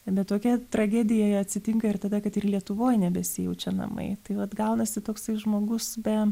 bet tokia tragedija atsitinka ir tada kad ir lietuvoj nebesijaučia namai tai vat gaunasi toksai žmogus be